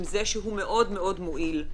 עם זה שהוא מאוד מאוד מועיל,